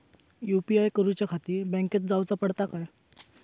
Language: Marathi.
यू.पी.आय करूच्याखाती बँकेत जाऊचा पडता काय?